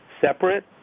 separate